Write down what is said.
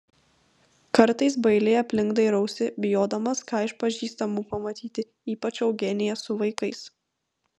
kartais bailiai aplink dairiausi bijodamas ką iš pažįstamų pamatyti ypač eugeniją su vaikais